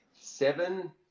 seven